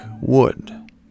Wood